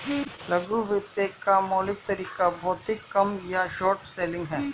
लघु वित्त का मौलिक तरीका भौतिक कम या शॉर्ट सेलिंग है